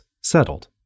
settled